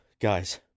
Guys